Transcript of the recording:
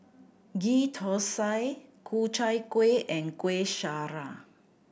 Ghee Thosai Ku Chai Kueh and Kueh Syara